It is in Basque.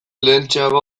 lehentxeago